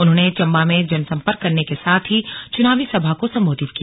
उन्होंने चंबा में जनसम्पर्क करने के साथ ही चुनावी सभा को संबोधित किया